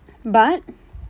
but